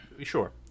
sure